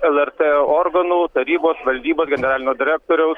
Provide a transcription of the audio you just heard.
lrt organų tarybos valdybos generalinio direktoriaus